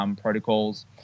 protocols